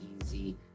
easy